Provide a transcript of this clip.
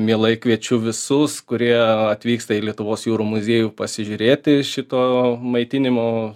mielai kviečiu visus kurie atvyksta į lietuvos jūrų muziejų pasižiūrėti šito maitinimo